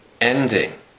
ending